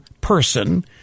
person